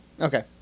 Okay